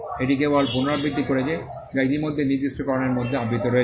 এটি কেবল পুনরাবৃত্তি করছে যা ইতিমধ্যে নির্দিষ্টকরণের মধ্যে আবৃত রয়েছে